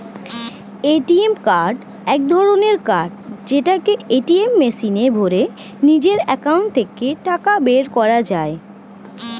ATM card এক ধরণের card যেটাকে এটিএম মেশিনে ভরে নিজের একাউন্ট থেকে টাকা বের করা যায়